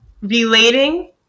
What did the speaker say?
relating